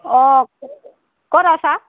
অঁ ক'ত আছা